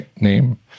name